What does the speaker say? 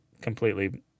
completely